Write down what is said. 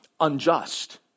Unjust